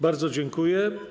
Bardzo dziękuję.